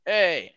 Hey